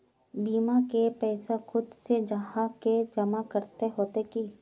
बीमा के पैसा खुद से जाहा के जमा करे होते की?